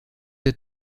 der